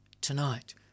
Tonight